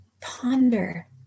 Ponder